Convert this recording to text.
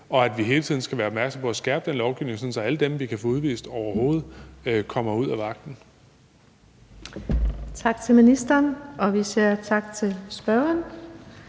og at vi hele tiden skal være opmærksomme på at skærpe den lovgivning, sådan at alle dem, vi overhovedet kan få udvist, kommer ud af vagten.